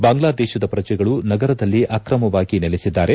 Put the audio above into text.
ಬಾಂಗ್ಲಾದೇಶದ ಪ್ರಜೆಗಳು ನಗರದಲ್ಲಿ ಆಕ್ರಮವಾಗಿ ನೆಲೆಸಿದ್ದಾರೆ